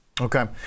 Okay